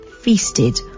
feasted